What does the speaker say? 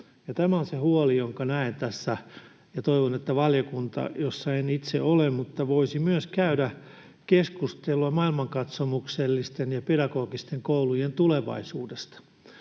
Tämä on se huoli, jonka näen tässä, ja toivon, että valiokunta, jossa en itse ole, voisi myös käydä keskustelua maailmankatsomuksellisten ja pedagogisten koulujen tulevaisuudesta.